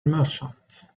merchant